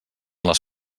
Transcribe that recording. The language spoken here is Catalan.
les